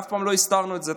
ואף פעם לא הסתרנו את זה.